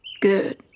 Good